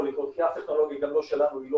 לקרות כי אף טכנולוגיה --- לא מושלמת,